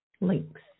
links